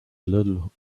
little